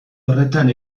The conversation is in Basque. horretan